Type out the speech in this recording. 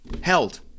held